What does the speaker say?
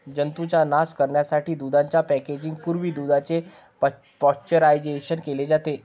जंतूंचा नाश करण्यासाठी दुधाच्या पॅकेजिंग पूर्वी दुधाचे पाश्चरायझेशन केले जाते